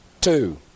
two